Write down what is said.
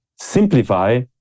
simplify